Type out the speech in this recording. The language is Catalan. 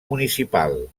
municipal